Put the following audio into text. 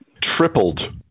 tripled